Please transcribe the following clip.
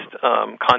content